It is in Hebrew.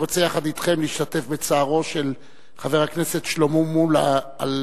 אני רוצה יחד אתכם להשתתף בצערו של חבר הכנסת שלמה מולה על